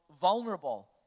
vulnerable